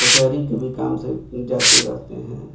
कचेहरी के भी काम से जाते रहते हैं